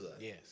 Yes